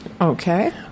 Okay